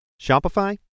Shopify